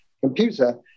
computer